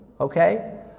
Okay